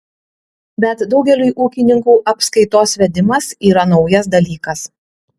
bet daugeliui ūkininkų apskaitos vedimas yra naujas dalykas